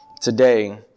today